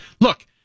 look